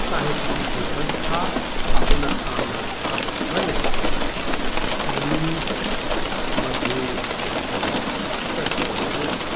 साहित्यिकी सन संस्था आ हुनक आन आन काजक बले मीठ मधूर खयबाक अवसर दऽ रहल अछि